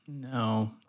No